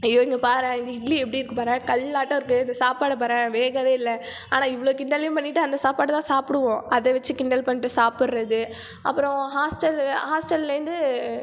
ஐயோ இங்கே பாரேன் இந்த இட்லி எப்படி இருக்குது பாரேன் கல்லாட்டம் இருக்குது இந்த சாப்பாடைப் பாரேன் வேகவே இல்லை ஆனால் இவ்வளவு கிண்டலையும் பண்ணிட்டு அந்தச் சாப்பாடை தான் சாப்பிடுவோம் அதை வச்சு கிண்டல் பண்ணிட்டு சாப்பிட்றது அப்புறம் ஹாஸ்டல் ஹாஸ்டல்லிருந்து